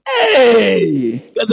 hey